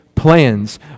plans